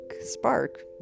spark